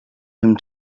him